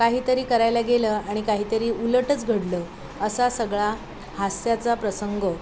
काहीतरी करायला गेलं आणि काहीतरी उलटच घडलं असा सगळा हास्याचा प्रसंग